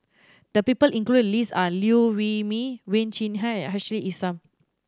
the people included in the list are Liew Wee Mee Wen Jinhua and Ashley Isham